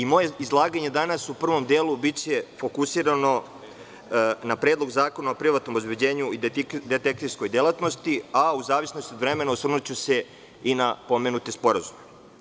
Moje izlaganje danas u prvom delu biće fokusirano na Predlog zakona o privatnom obezbeđenju i detektivskoj delatnosti, a u zavisnosti od vremena, osvrnuću se i na pomenute sporazume.